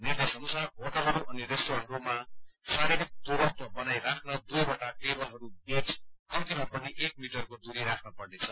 निर्देश अनुसार होटलहरू अनि रेस्टूरेन्टहरूमा शारीरिक दूरत्व बनाई राख्न दुइवटा टेबलहरू बीच कम्तीमा पनि एक मीटरको दूरी राख्न पर्नेछ